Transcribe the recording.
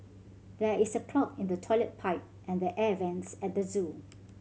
there is a clog in the toilet pipe and the air vents at the zoo